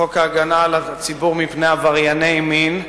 חוק הגנה על הציבור מפני עברייני מין,